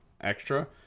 extra